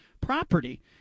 property